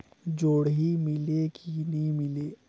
जोणी मीले कि नी मिले?